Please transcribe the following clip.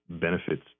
benefits